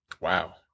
Wow